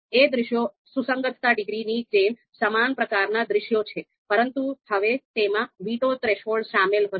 એ દૃશ્યો સુસંગતતા ડિગ્રીની જેમ સમાન પ્રકારના દૃશ્યો છે પરંતુ હવે તેમાં વીટો થ્રેશોલ્ડ સામેલ હશે